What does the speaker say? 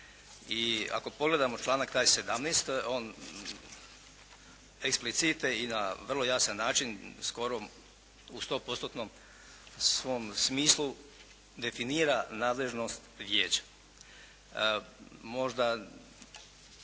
I ako pogledamo članak taj 17., on explicite i na vrlo jasan način, skoro u 100.-tnom svom smislu definira nadležnost vijeća. Možda